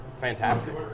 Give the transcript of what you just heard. fantastic